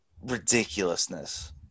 Ridiculousness